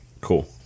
Cool